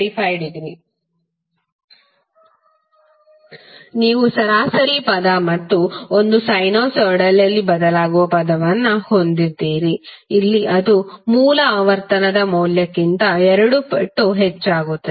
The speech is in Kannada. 2600cos 754t35° ನೀವು ಸರಾಸರಿ ಪದ ಮತ್ತು ಒಂದು ಸೈನುಸೈಡಲಿ ಬದಲಾಗುವ ಪದವನ್ನು ಹೊಂದಿದ್ದೀರಿ ಇಲ್ಲಿ ಇದು ಮೂಲ ಆವರ್ತನದ ಮೌಲ್ಯಕ್ಕಿಂತ ಎರಡು ಪಟ್ಟು ಹೆಚ್ಚಾಗುತ್ತದೆ